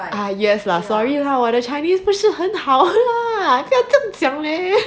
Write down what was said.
ah yes lah sorry lah 我的 chinese 不是很好 lah 不要这样讲 leh